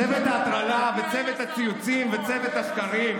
צוות ההטרלה וצוות הציוצים וצוות השקרים,